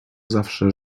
zawsze